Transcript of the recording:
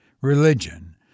religion